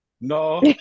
No